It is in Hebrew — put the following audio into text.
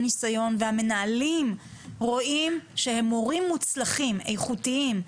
נסיון והמנהלים רואים שהם מורים מוצלחים,